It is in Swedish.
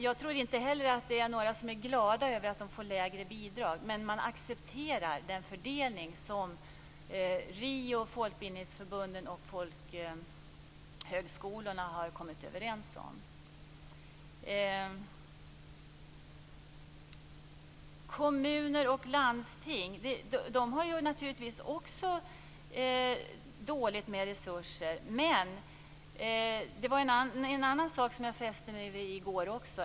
Jag tror inte heller att det finns någon som är glad över att de får lägre bidrag, men man accepterar den fördelning som RIO, folkbildningsförbunden och folkhögskolorna har kommit överens om. Kommuner och landsting har naturligtvis också dåligt med resurser. Jag fäste mig vid en annan sak i går.